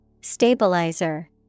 Stabilizer